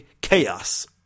chaos